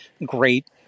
great